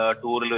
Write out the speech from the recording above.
tour